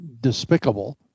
despicable